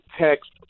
text